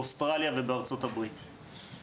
באוסטרליה ובארצות הברית.